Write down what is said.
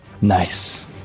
Nice